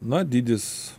na dydis